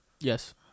Yes